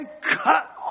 cut